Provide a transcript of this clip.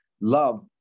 love